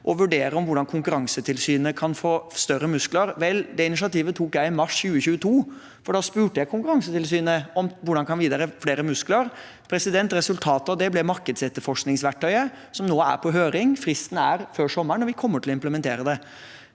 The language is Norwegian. Å vurdere hvordan Konkurransetilsynet kan få større muskler – vel, det initiativet tok jeg i mars 2022, for da spurte jeg Konkurransetilsynet om hvordan vi kan gi dem flere muskler. Resultatet av det ble markedsetterforskningsverktøyet som nå er på høring. Fristen er før sommeren, og vi kommer til å implementere det.